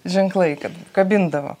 ženklai kad kabindavo